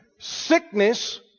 Sickness